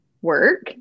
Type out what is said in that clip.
work